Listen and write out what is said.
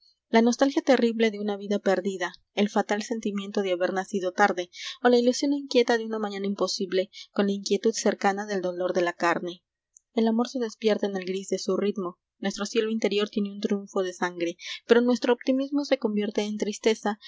la nostalgia terrible de una vida perdida el fatal sentimiento de haber nacido tarde o la ilusión inquieta de un mañana imposible con la inquietud cercana del dolor de la carne el amor se despierta en el gris de su ritmo nuestro cielo interior tiene un triunfo de sangre pero nuestro optimismo se convierte en tristeza